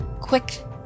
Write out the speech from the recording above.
quick